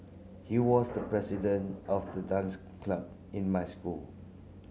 he was the president of the dance club in my school